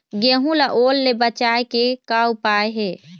गेहूं ला ओल ले बचाए के का उपाय हे?